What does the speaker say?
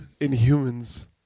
Inhumans